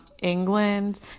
England